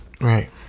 Right